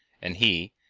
and he,